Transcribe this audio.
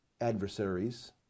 adversaries